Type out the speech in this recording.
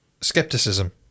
Skepticism